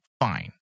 Fine